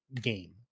game